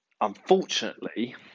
unfortunately